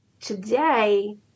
Today